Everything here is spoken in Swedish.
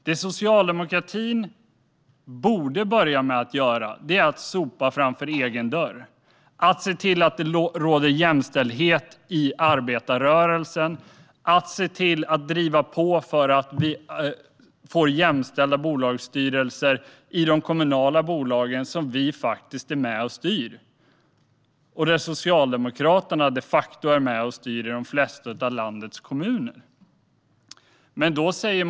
Det socialdemokratin borde börja med att göra är att sopa framför egen dörr genom att se till att det råder jämställdhet i arbetarrörelsen och se till att driva på för att vi får jämställda bolagsstyrelser i de kommunala bolagen, som vi faktiskt är med och styr. Socialdemokraterna är de facto med och styr i de flesta av landets kommuner.